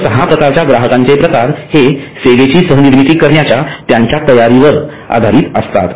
तर सहा प्रकारच्या ग्राहकाचे प्रकार हे सेवेची सह निर्मिती करण्याच्या त्यांच्या तयारीवर आधारित आहेत